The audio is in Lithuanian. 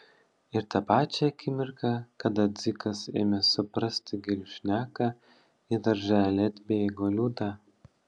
ir tą pačią akimirką kada dzikas ėmė suprasti gėlių šneką į darželį atbėgo liuda